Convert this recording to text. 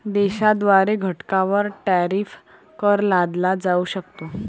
देशाद्वारे घटकांवर टॅरिफ कर लादला जाऊ शकतो